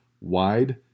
wide